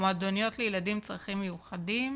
מועדוניות לילדים עם צרכים מיוחדים